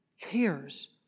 cares